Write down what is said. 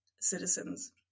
citizens